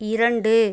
இரண்டு